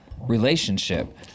relationship